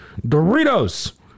Doritos